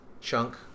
chunk